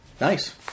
Nice